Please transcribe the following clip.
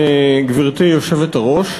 גברתי היושבת-ראש,